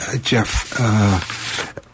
Jeff